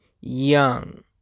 Young